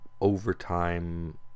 overtime